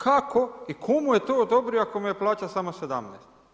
Kako i tko mu je to odobrio ako mu je plaća samo 17?